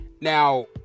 Now